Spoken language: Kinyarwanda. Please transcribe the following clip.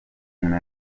nyuma